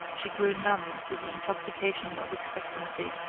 she grew numb with the intoxication of expectancy.